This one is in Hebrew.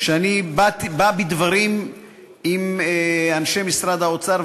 שאני בא בדברים לגביה עם אנשי משרד האוצר,